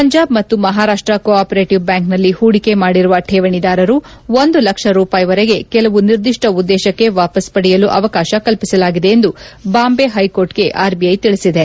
ಪಂಜಾಬ್ ಮತ್ತು Maharashtra co operative ಬ್ಯಾಂಕ್ನಲ್ಲಿ ಪೂಡಿಕೆ ಮಾಡಿರುವ ಕೇವಣಿದಾರರು ಒಂದು ಲಕ್ಷ ರೂಪಾಯಿವರೆಗೆ ಕೆಲವು ನಿರ್ದಿಷ್ಟ ಉದ್ದೇಶಕ್ಕೆ ವಾಪಸ್ ಪಡೆಯಲು ಅವಕಾಶ ಕಲ್ಪಿಸಲಾಗಿದೆ ಎಂದು ಬಾಂಬೆ ಹೈಕೋರ್ಟ್ಗೆ ಆರ್ಐಐ ತಿಳಿಸಿದೆ